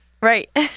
Right